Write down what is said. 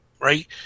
right